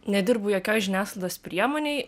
nedirbu jokioj žiniasklaidos priemonėj